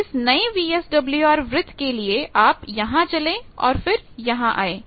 अब इस नए VSWR वृत्त के लिए आप यहां चलें और फिर यहां आए